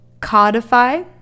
Codify